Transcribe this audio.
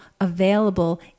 available